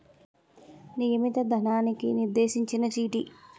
నియమిత ధనానికి నిర్దేశించిన చీటీ